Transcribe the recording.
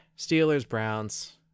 Steelers-Browns